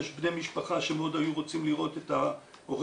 יש בני משפחה שמאוד היו רוצים לראות את ההורים